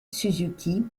suzuki